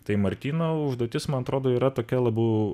tai martyno užduotis man atrodo yra tokia labiau